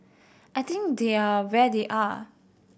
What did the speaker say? I think they are where they are